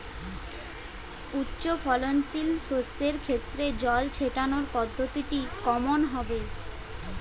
উচ্চফলনশীল শস্যের ক্ষেত্রে জল ছেটানোর পদ্ধতিটি কমন হবে?